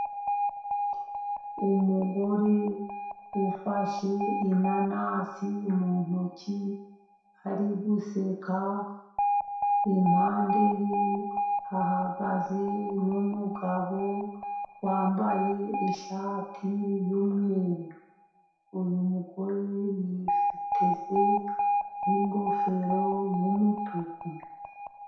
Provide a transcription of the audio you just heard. Umugore ufashe inanasi mu ntoki, ari guseka. Impande ye hagaze n'umugabo wambaye ishati y'umweru. Uyu mugore yiteze n'ingofero y'umutuku.